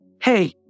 hey